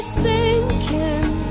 sinking